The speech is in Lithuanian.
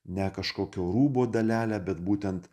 ne kažkokio rūbo dalelę bet būtent